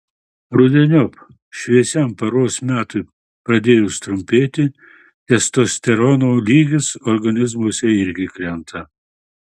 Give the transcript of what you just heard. rudeniop šviesiam paros metui pradėjus trumpėti testosterono lygis organizmuose irgi krenta